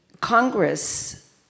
Congress